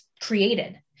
created